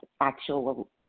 actual